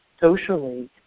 socially